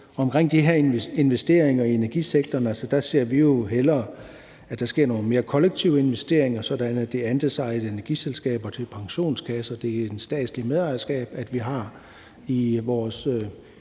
her investeringer i energisektoren ser vi jo hellere, at der sker nogle mere kollektive investeringer, sådan at det er andelsejede energiselskaber til pensionskasser, og det er et statsligt medejerskab, vi har i vores